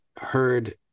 heard